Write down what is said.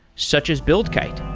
such as buildkite